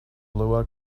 blua